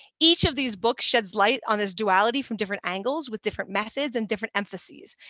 each of these books sheds light on this duality from different angles, with different methods and different emphases.